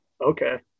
Okay